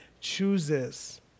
chooses